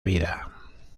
vida